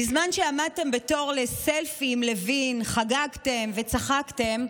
בזמן שעמדתם בתור לסלפי עם לוין, חגגתם וצחקתם,